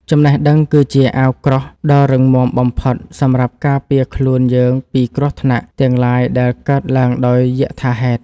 ចំណេះដឹងគឺជាអាវក្រោះដ៏រឹងមាំបំផុតសម្រាប់ការពារខ្លួនយើងពីគ្រោះថ្នាក់ទាំងឡាយដែលកើតឡើងដោយយថាហេតុ។